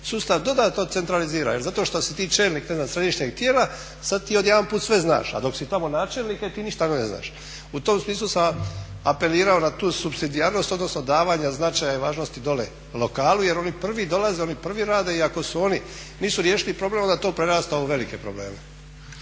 sustav dodatno centralizira, jer zato što si ti čelnik ne znam središnjeg tijela sad ti odjedanput sve znaš, a dok si tamo načelnik e ti ništa ne znaš. U tom smislu sam vam apelirao na tu supsidijarnost, odnosno davanja značaja i važnosti dole lokalu jer oni prvi dolaze, oni prvi rade. I ako su oni, nisu riješili problem onda to prerasta u velike probleme.